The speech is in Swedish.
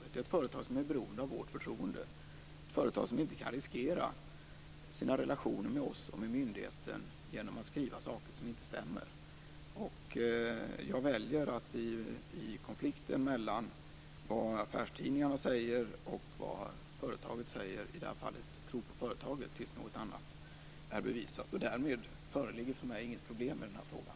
Det är ett företag som är beroende av vårt förtroende, som inte kan riskera sina relationer med oss och med myndigheten genom att skriva saker som inte stämmer. I konflikten mellan vad affärstidningarna säger och vad företaget säger väljer jag i det här fallet att tro på företaget tills något annat är bevisat. Därmed föreligger för mig inte något problem i den här frågan.